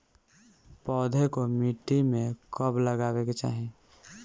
पौधे को मिट्टी में कब लगावे के चाही?